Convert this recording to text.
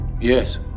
Yes